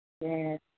Yes